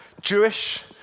Jewish